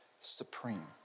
supreme